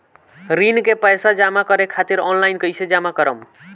ऋण के पैसा जमा करें खातिर ऑनलाइन कइसे जमा करम?